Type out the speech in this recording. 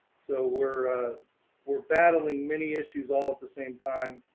so we're ah we're battling many issues all at the same time,